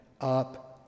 up